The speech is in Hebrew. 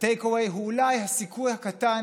ה-take away הוא אולי הסיכוי הקטן